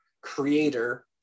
creator